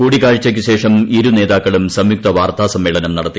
കൂടിക്കാഴ്ച്ചയ്ക്ക് ശേഷം ഇരുനേതാക്കളും സംയുക്ത വാർത്താസമ്മേളനം നടത്തി